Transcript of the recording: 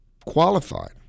Qualified